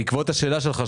בעקבות השאלה שלך,